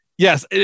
Yes